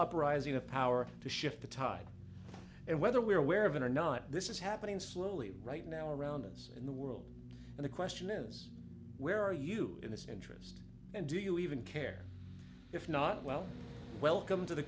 uprising of power to shift the tide and whether we are aware of it or not this is happening slowly right now around us in the world and the question is where are you in this interest and do you even care if not well welcome to the